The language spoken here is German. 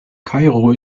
kairo